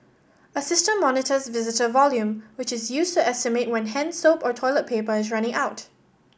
a system monitors visitor volume which is used to estimate when hand soap or toilet paper is running out